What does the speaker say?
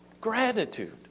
gratitude